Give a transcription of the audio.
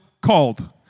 Called